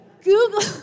Google